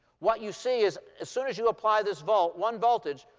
what you see is as soon as you apply this volt, one voltage,